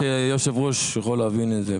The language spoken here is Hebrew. אני חושב שהיושב ראש יכול להבין את זה.